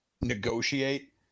negotiate